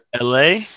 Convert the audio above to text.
LA